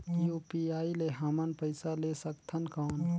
UPI ले हमन पइसा ले सकथन कौन?